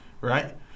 right